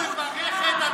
חברת הכנסת רופא.